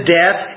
death